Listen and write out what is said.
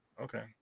Okay